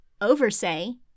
Oversay